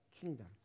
kingdom